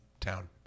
town